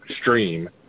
stream